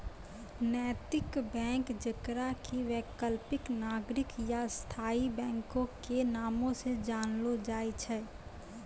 नैतिक बैंक जेकरा कि वैकल्पिक, नागरिक या स्थायी बैंको के नामो से जानलो जाय छै